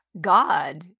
God